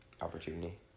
opportunity